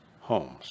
homes